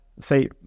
say